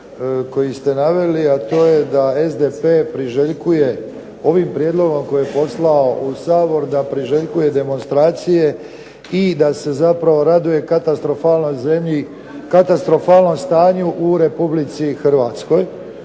koji ste naveli, a to je da SDP priželjkuje ovim prijedlogom koji je poslao u Sabor da priželjkuje demonstracije i da se zapravo raduje katastrofalnoj zemlji, katastrofalnom stanju u Republici Hrvatskoj.